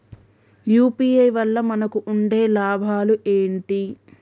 UPI వల్ల మనకు ఉండే లాభాలు ఏంటి?